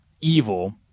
evil